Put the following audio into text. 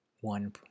one